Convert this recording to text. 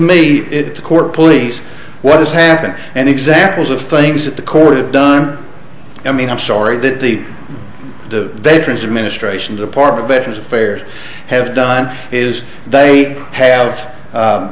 me it's a court police what has happened and examples of things that the court have done i mean i'm sorry that the veterans administration department veterans affairs have done is they have